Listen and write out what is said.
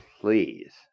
Please